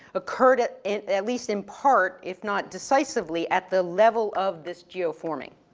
occurred at, in, at least in part if not decisively at the level of this geoforming.